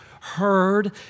heard